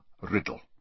Riddle